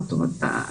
זאת אומרת,